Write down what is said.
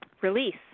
Release